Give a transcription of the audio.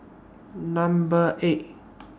Number eight